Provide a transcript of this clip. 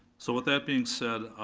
so with that being said,